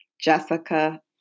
Jessica